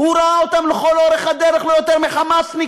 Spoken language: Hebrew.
הוא ראה אותם לכל אורך הדרך לא יותר מ"חמאסניקים".